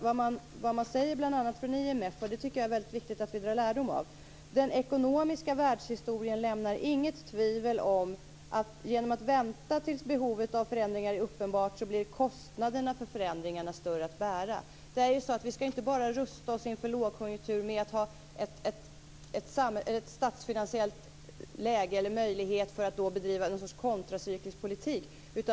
Vad man bl.a. säger från IMF, och det tycker jag att det är väldigt viktigt att vi drar lärdom av, är att den ekonomiska världshistorien inte lämnar något tvivel om att kostnaderna för förändringarna blir större att bära om man väntar tills behovet av förändringar är uppenbart. Vi skall inte rusta oss inför lågkonjunktur bara genom att se till att vi har en statsfinansiell möjlighet att bedriva någon sorts kontracyklisk politik.